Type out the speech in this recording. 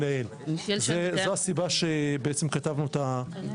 זוהי הסיבה שכתבנו את ההסתייגות.